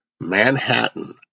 Manhattan